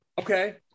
Okay